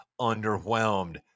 underwhelmed